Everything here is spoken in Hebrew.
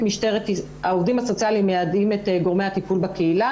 העובדים הסוציאליים מיידעים את גורמי הטפול בקהילה